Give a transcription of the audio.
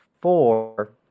four